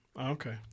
Okay